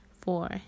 four